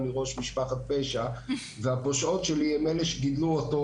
אני ראש משפחת פשע והפושעות שלי הן אלה שגידלו אותו,